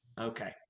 Okay